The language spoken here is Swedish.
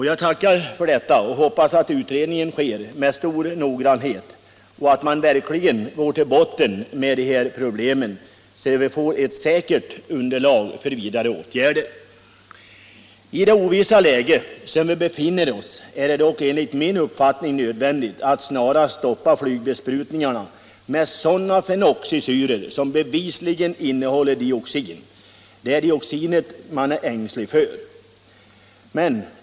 Jag tackar för detta besked och hoppas att utredningen kommer att ske med stor noggrannhet och att man verkligen går till botten med de här problemen, så att vi får ett säkert underlag för vidare åtgärder. I det ovissa läge som vi befinner oss i är det dock enligt min uppfattning nödvändigt att man snarast stoppar flygbesprutningen med sådana fenoxisyror som bevisligen innehåller dioxin. Det är dioxinet man är ängslig för.